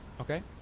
Okay